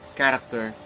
character